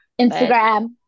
Instagram